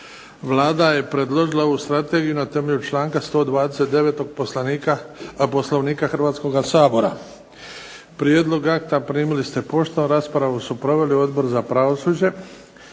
Vlada je predložila ovu Strategiju na temelju članka 129. Poslovnika Hrvatskoga sabora. Prijedlog akta primili ste poštom. Raspravu su proveli Odbor za pravosuđe.